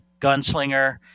gunslinger